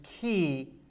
key